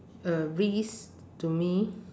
a risk to me